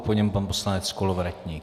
Po něm pan poslanec Kolovratník.